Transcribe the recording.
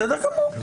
בסדר גמור.